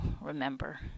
remember